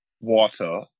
water